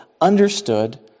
understood